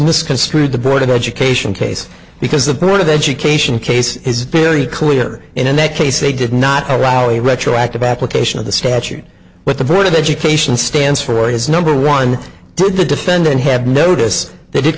misconstrued the board of education case because the board of education case is very clear in that case they did not allow a retroactive application of the statute but the board of education stands for his number one through the defendant have notice that it